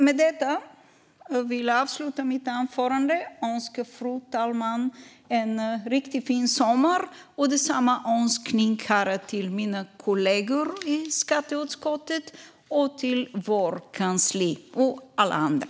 Jag önskar fru talmannen en riktigt fin sommar. Samma önskning har jag till mina kollegor i skatteutskottet, till vårt kansli och till alla andra.